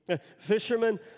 Fishermen